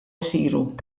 jsiru